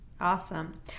Awesome